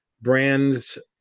brands